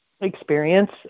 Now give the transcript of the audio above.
experience